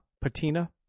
patina